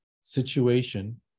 situation